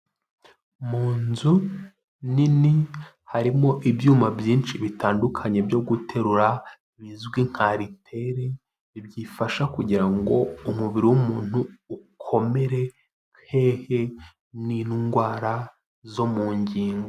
Mu nzu nini harimo ibyuma byinshi bitandukanye byo guterura bizwi nka ariteri, ibyifasha kugira ngo umubiri w'umuntu ukomere, hehe n'indwara zo mu ngingo.